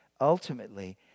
ultimately